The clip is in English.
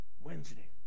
Wednesday